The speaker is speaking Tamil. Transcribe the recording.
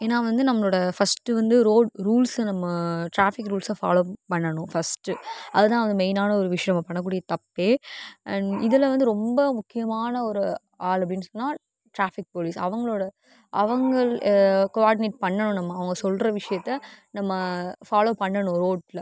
ஏன்னால் வந்து நம்மளோட ஃபர்ஸ்ட்டு வந்து ரோடு ரூல்ஸை நம்ம ட்ராஃபிக் ரூல்ஸை பாலோ பண்ணனும் ஃபர்ஸ்ட்டு அதுதான் வந்து மெயினான ஒரு விஷயம் நம்ம பண்ணக்கூடிய தப்பே அண்ட் இதில் வந்து ரொம்ப முக்கியமான ஒரு ஆள் அப்படினு சொன்னால் ட்ராஃபிக் போலீஸ் அவங்களோடு அவங்கள் கோஆடினேட் பண்ணனும் நம்ம அவுங்க சொல்ற விஷயத்த நம்ம ஃபாலோ பண்ணனும் ரோட்டில்